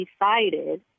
decided